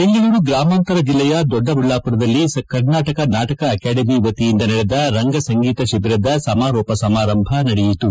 ಬೆಂಗಳೂರು ಗ್ರಾಮಾಂತರ ಜಿಲ್ಲೆಯ ದೊಡ್ಡಬಳ್ಳಾಮರದಲ್ಲಿ ಕರ್ನಾಟಕ ನಾಟಕ ಆಕಾಡೆಮಿಯ ವತಿಯಿಂದ ನಡೆದ ರಂಗ ಸಂಗೀತ ಶಿಬಿರದ ಸಮಾರೋಪ ಸಮಾರಂಭ ನಡೆಯಿತು